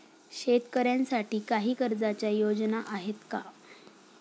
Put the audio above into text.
शेतकऱ्यांसाठी काही कर्जाच्या योजना आहेत का?